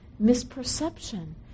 misperception